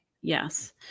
Yes